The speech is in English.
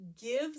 give